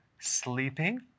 sleeping